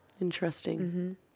Interesting